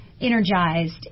energized